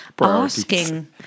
Asking